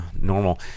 normal